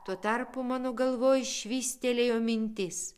tuo tarpu mano galvoj švystelėjo mintis